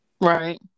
Right